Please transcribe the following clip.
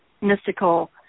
mystical